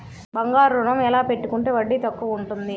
బంగారు ఋణం ఎలా పెట్టుకుంటే వడ్డీ తక్కువ ఉంటుంది?